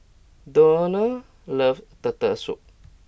Donny loves Turtle Soup